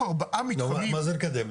מה זה לקדם?